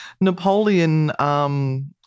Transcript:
Napoleon